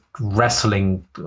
wrestling